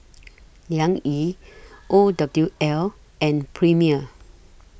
Liang Yi O W L and Premier